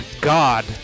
god